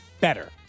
better